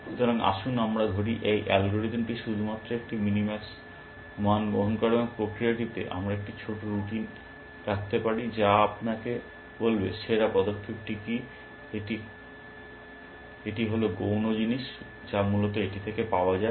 সুতরাং আসুন আমরা ধরি এই অ্যালগরিদমটি শুধুমাত্র একটি মিনিম্যাক্স মান গণনা করে এবং প্রক্রিয়াটিতে আমরা একটি ছোট রুটিন রাখতে পারি যা আপনাকে বলবে সেরা পদক্ষেপটি কী এটি হল গৌণ জিনিস যা মূলত এটি থেকে পাওয়া যায়